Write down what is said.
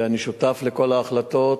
ואני שותף לכל ההחלטות.